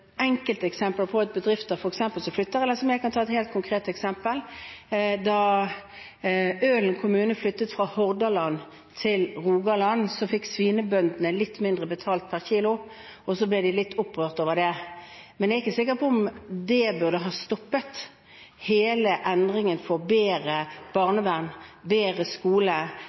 ta et helt konkret eksempel: Da Ølen kommune flyttet fra Hordaland til Rogaland, fikk svinebøndene litt mindre betalt per kilo, og de ble litt opprørt over det. Men jeg er ikke sikker på om det burde ha stoppet hele endringen for bedre barnevern, bedre skole,